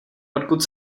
odkud